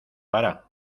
para